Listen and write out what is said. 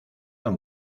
don